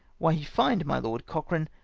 why he fined my lord cochrane,